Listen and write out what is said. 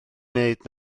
wneud